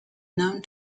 known